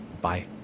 Bye